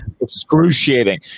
excruciating